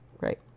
right